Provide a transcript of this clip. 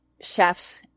chefs